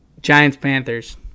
Giants-Panthers